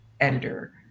editor